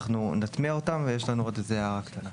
אנחנו נטמיע אותן, ויש לנו עוד איזו הערה קטנה.